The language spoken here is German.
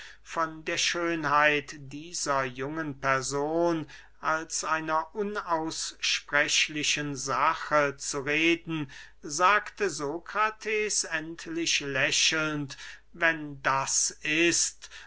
von der schönheit dieser jungen person als einer unaussprechlichen sache zu reden sagte sokrates endlich lächelnd wenn das ist